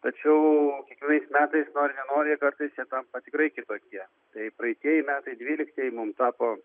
tačiau kiekvienais metais nori nenori kartais jie tampa tikrai kitokie tai praeitieji metai dvyliktieji mum tapo